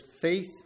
faith